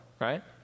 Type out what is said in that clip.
right